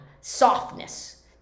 softness